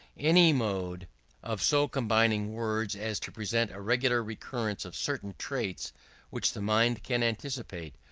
any mode of so combining words as to present a regular recurrence of certain traits which the mind can anticipate,